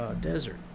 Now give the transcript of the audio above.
desert